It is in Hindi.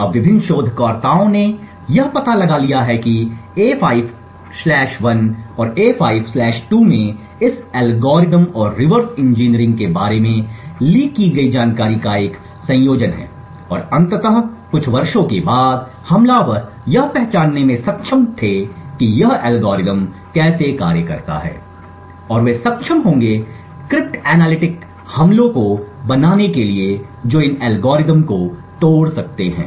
अब विभिन्न शोधकर्ताओं ने यह पता लगा लिया है कि A5 1 और A5 2 में इस एल्गोरिथ्म और रिवर्स इंजीनियरिंग के बारे में लीक की गई जानकारी का एक संयोजन है और अंततः कुछ वर्षों के बाद हमलावर यह पहचानने में सक्षम थे कि यह एल्गोरिदम कैसे कार्य करता है और वे सक्षम होंगे क्रिप्ट एनालिटिक हमलों को बनाने के लिए जो इन एल्गोरिदम को तोड़ सकते हैं